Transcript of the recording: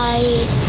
Bye